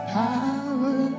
power